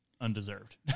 undeserved